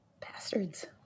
Bastards